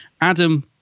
Adam